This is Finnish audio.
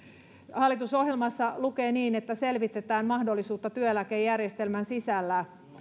hallitusohjelmassa lukee niin että selvitetään mahdollisuutta työeläkejärjestelmän sisällä